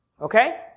okay